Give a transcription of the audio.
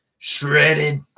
shredded